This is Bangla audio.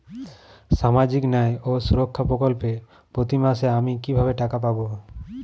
সামাজিক ন্যায় ও সুরক্ষা প্রকল্পে প্রতি মাসে আমি কিভাবে টাকা পাবো?